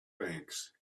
banks